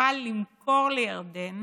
תוכל למכור לירדן